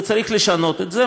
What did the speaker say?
וצריך לשנות את זה.